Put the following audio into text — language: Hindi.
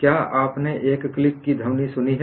क्या आपने एक क्लिक ध्वनि सुनी है